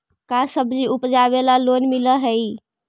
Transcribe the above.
का सब्जी उपजाबेला लोन मिलै हई?